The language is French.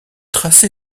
tracé